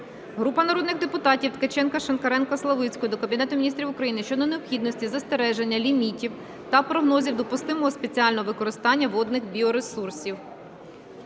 Групи народних депутатів (Ткаченка, Шинкаренка, Славицької) до Кабінету Міністрів України щодо необхідності затвердження лімітів та прогнозів допустимого спеціального використання водних біоресурсів.